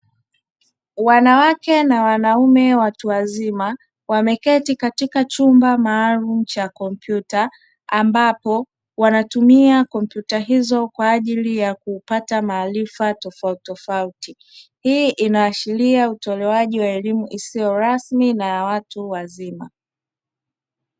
Wanawake na wanaume watu wazima wameketi katika chumba maalumu cha kompyuta ambapo wanatumia kompyuta hizo kwa ajili ya kupata maarifa tofautitofauti. Hii inaashiria utolewaji wa elimu isiyo rasmi na elimu ya watu wazima.